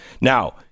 Now